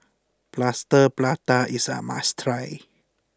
Plaster Prata is a must try